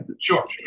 Sure